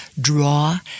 draw